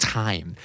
time